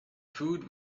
food